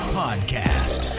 podcast